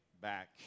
back